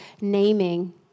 naming